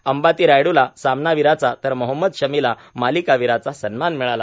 अबाती रायडूला सामनावीराचा तर मोहम्मद शमीला मालीकावीराचा सन्मान मिळाला